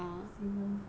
形容